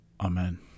Amen